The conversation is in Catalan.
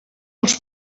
els